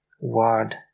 word